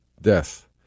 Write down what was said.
death